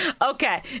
okay